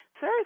Sir